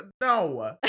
no